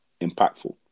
impactful